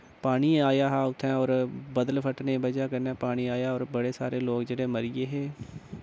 पानी आया हा उत्थै और बदल फट्टने दी बजह कन्नै पानी आया और बड़े सारे लोक जेह्ड़े मरिये हे